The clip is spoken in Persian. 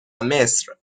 مصر